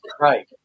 Right